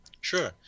Sure